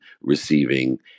receiving